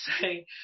say